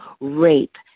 rape